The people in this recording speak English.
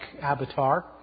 Avatar